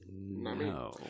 No